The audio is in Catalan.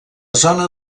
zona